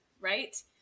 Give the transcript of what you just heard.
Right